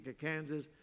Kansas